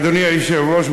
אדוני היושב-ראש,